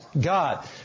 God